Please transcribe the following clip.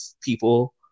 people